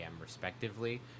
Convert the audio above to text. respectively